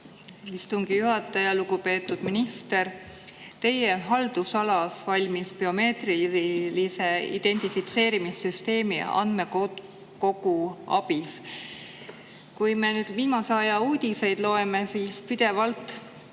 istungi juhataja! Lugupeetud minister! Teie haldusalas valmis biomeetrilise identifitseerimissüsteemi andmekogu ABIS. Kui me viimase aja uudiseid loeme, siis saame pidevalt